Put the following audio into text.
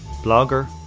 blogger